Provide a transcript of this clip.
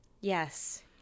Yes